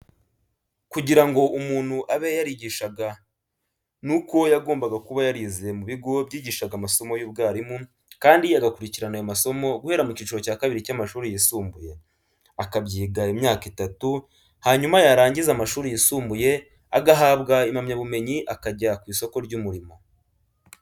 Kugira ngo umuntu abe yarigishaga nuko yagombaga kuba yarize mu bigo byigishaga amasomo y'ubwarimu kandi agakurikirana ayo masomo guhera mu cyiciro cya kabiri cy'amashuri yisumbuye, akabyiga imyaka itatu, hanyuma yarangiza amashuri yisumbuye agahabwa impamyabumenyi akajya ku isoko ry'umurimo.